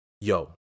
Yo